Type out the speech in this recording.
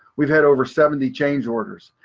we've had over seventy change orders.